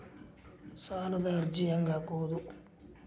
ಸಾಲದ ಅರ್ಜಿ ಹೆಂಗ್ ಹಾಕುವುದು?